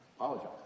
apologize